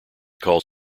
called